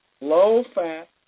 low-fat